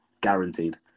guaranteed